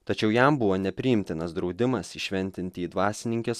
tačiau jam buvo nepriimtinas draudimas įšventinti į dvasininkes